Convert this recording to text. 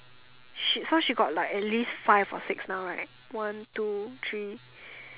shit so she got at least five or six now right one two three